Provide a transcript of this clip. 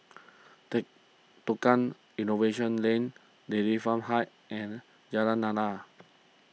Tukang Innovation Lane Dairy Farm Heights and Jalan Lana